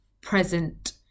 present